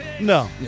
No